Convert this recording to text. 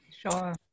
Sure